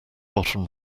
bottom